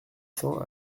cents